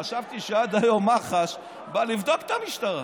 חשבתי שעד היום מח"ש באה לבדוק את המשטרה.